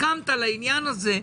הסכמת לעניין הזה.